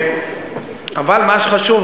אבל מה שחשוב,